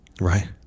right